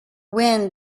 wind